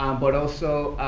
um but also,